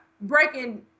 breaking